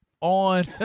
on